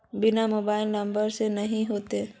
बिना mobile number से नहीं होते?